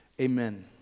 Amen